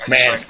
Man